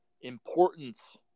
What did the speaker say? importance